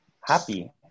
happy